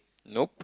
nope